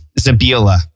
Zabila